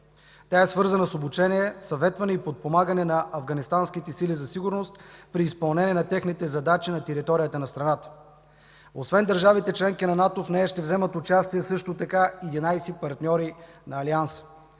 Тя е свързана с обучение, съветване и подпомагане на афганистанските сили за сигурност при изпълнение на техните задачи на територията на страната. Освен държавите членки на НАТО в нея ще вземат участие също така 11 партньори на Алианса.